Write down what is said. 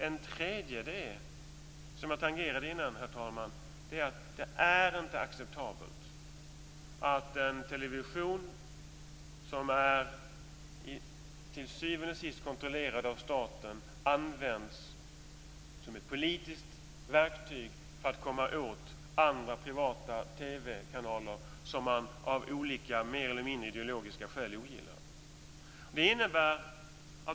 En tredje invändning, som jag tangerade förut, herr talman, är att det inte är acceptabelt att en television som till syvende och sist är kontrollerad av staten används som ett politiskt verktyg för att komma åt andra, privata TV-kanaler som man av olika, mer eller mindre ideologiska skäl ogillar.